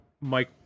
mike